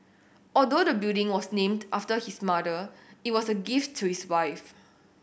although the building was named after his mother it was a gift to his wife